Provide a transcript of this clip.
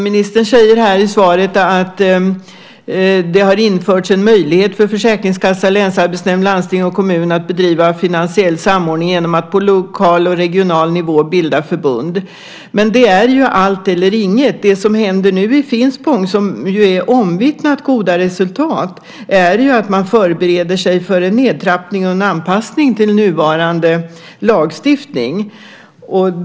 Ministern säger i svaret att det har införts en möjlighet för försäkringskassa, länsarbetsnämnd, landsting och kommun att bedriva finansiell samordning genom att på lokal och regional nivå bilda förbund. Men det är ju allt eller inget. Det som händer nu i Finspång, som ju haft omvittnat goda resultat, är att man förbereder sig för en nedtrappning och en anpassning till nuvarande lagstiftning.